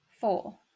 Four